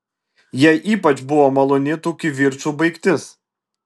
jai ypač buvo maloni tų kivirčų baigtis